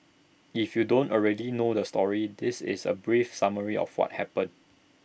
if you don't already know the story this is A brief summary of what happened